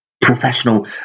professional